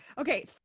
Okay